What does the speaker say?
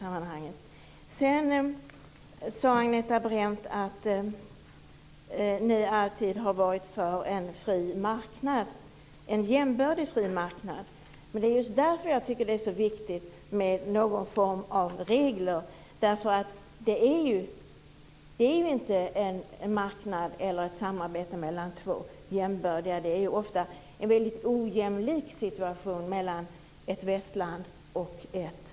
Agneta Brendt sade att socialdemokraterna alltid har varit för en fri marknad, en jämbördig, fri marknad. Det är just därför jag tycker att det är så viktigt med någon form av regler. Det här handlar ju inte om ett samarbete mellan två jämbördiga, utan relationen mellan ett västland och ett u-land är ofta väldigt ojämlik.